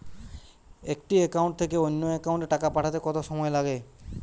একটি একাউন্ট থেকে অন্য একাউন্টে টাকা পাঠাতে কত সময় লাগে?